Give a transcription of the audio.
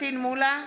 פטין מולא,